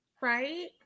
Right